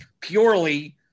purely